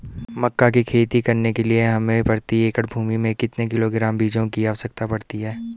मक्का की खेती करने के लिए हमें प्रति एकड़ भूमि में कितने किलोग्राम बीजों की आवश्यकता पड़ती है?